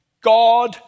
God